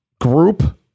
group